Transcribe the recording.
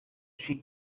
she